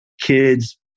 kids